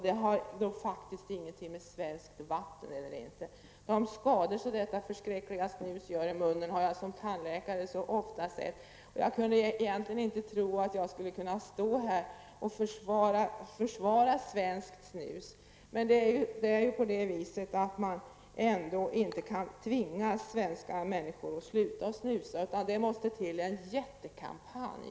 Detta har faktiskt ingenting med svenskt vatten att göra. De skador som detta förskräckliga snus gör i munnen har jag som tandläkare ofta sett. Jag kan egentligen inte tro att jag skulle stå här och försvara svenskt snus. Men man kan ändå inte tvinga människor i Sverige att sluta snusa. Det måste till en jättekampanj.